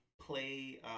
play